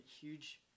huge